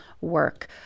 work